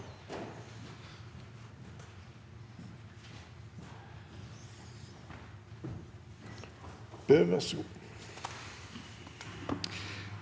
over seg.